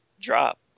drop